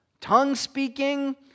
tongue-speaking